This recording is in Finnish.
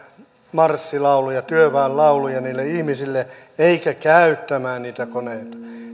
marssilauluja työväenlauluja niille ihmisille eikä opetettu käyttämään niitä koneita